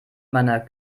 meiner